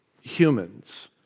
humans